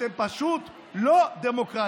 אתם פשוט לא דמוקרטים.